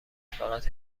فقط